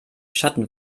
schatten